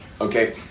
Okay